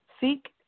Seek